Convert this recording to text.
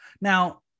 Now